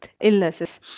illnesses